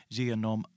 genom